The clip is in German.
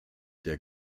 der